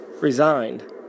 resigned